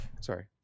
Sorry